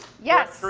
yes.